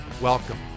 Welcome